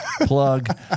plug